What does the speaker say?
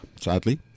sadly